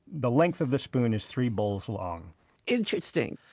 the length of the spoon is three bowls long interesting.